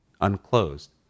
unclosed